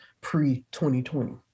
pre-2020